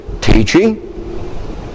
teaching